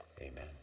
Amen